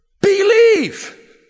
Believe